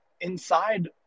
inside